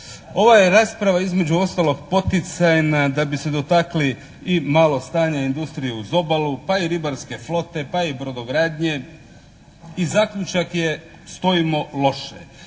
Ova je rasprava između ostalog poticajna da bi se dotakli i malo stanja industrije uz obalu pa i ribarske flote pa i brodogradnje i zaključak je stojimo loše.